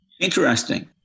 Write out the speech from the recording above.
Interesting